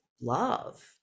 love